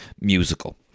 musical